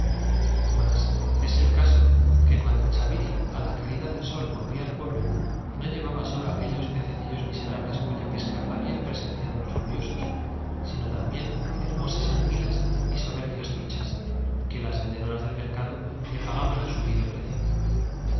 mas es el caso que cuando chaviri á la caída del sol volvía al pueblo no llevaba sólo aquellos pece cillos miserables cuya pesca habían presenciado los curiosos sino también hermosas anguilas y soberbias truchas que las vendedoras del mercado le pagaban á subido precio n